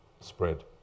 spread